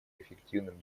эффективным